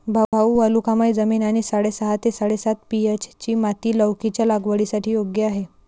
भाऊ वालुकामय जमीन आणि साडेसहा ते साडेसात पी.एच.ची माती लौकीच्या लागवडीसाठी योग्य आहे